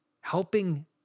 helping